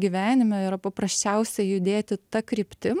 gyvenime yra paprasčiausia judėti ta kryptim